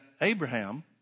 Abraham